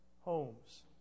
homes